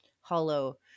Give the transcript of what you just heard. hollow